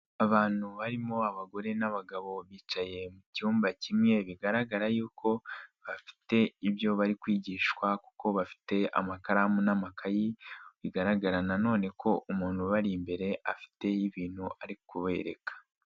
Abantu barimo abagore n'abagabo bicaye mu cyumba kimwe bigaragara yuko bafite ibyo bari kwigishwa kuko bafite amakaramu n'amakayi, bigaragara nanone ko umuntu ubari imbere afite y'ibintu ari kubereka.